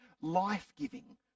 life-giving